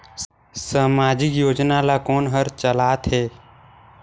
समाजिक योजना ला कोन हर चलाथ हे?